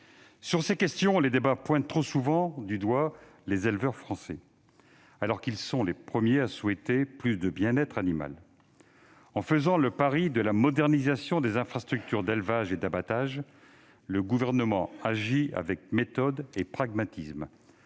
Sur ces questions, les débats pointent trop souvent du doigt les éleveurs français, alors qu'ils sont les premiers à souhaiter plus de bien-être animal. En faisant le pari de la modernisation des infrastructures d'élevage et d'abattage, le Gouvernement agit avec méthode et pragmatisme,